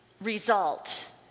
result